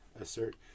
assert